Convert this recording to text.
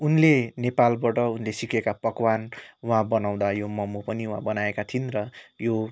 उनले नेपालबाट सिकेको पकवान वहाँ बनाउँदा यो मोमो पनि बनाएका थिइन् र यो